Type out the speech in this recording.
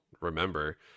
remember